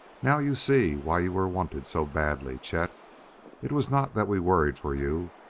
now you see why you were wanted so badly, chet it was not that we worried for you,